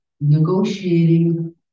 negotiating